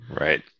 Right